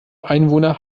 einwohner